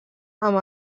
amb